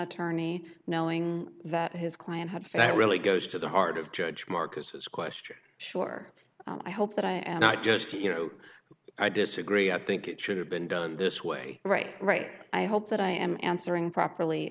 attorney knowing that his client had that really goes to the heart of judge marcus is question sure i hope that i am not just you know i disagree i think it should have been done this way right right i hope that i am answering properly